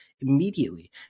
immediately